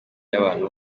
y’abantu